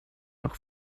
noch